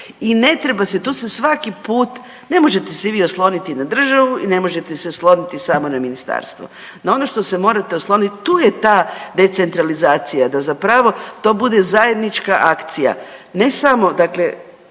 I ne treba se tu se svaki put, ne možete se vi osloniti na državu i ne možete se osloniti samo na ministarstvo. Na ono što se morate oslonit tu je ta decentralizacija da zapravo to bude zajednička akcija,